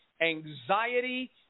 anxiety